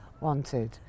wanted